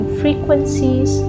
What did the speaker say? frequencies